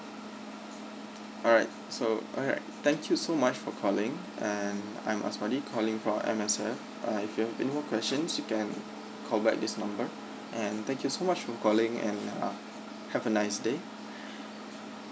all right so all right thank you so much for calling and I'm asmadi calling from M_S_F uh if you have any more questions you can call back this number and thank you so much for calling and uh have a nice day